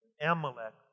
Amalek